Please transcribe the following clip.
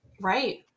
right